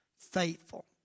faithful